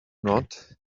not